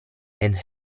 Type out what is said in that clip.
and